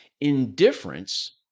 Indifference